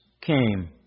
came